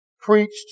preached